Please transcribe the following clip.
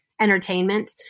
entertainment